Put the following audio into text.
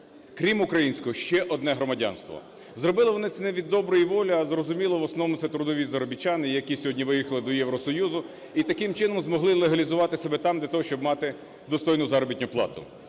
крім українського ще одне громадянство. Зробили вони це не від доброї волі, а зрозуміло, в основному це трудові заробітчани, які сьогодні виїхали до Євросоюзу і таким чином змогли легалізувати себе там для того, щоб мати достойну заробітну плату.